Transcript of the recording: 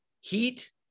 heat